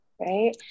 right